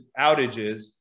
outages